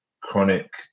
chronic